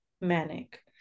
manic